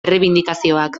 errebindikazioak